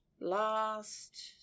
last